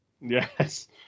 Yes